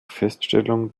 feststellung